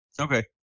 Okay